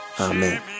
Amen